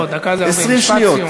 לא, דקה זה הרבה, משפט סיום.